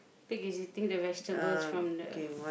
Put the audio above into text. pig is eating the vegetables from the